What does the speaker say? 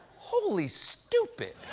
holy stupid.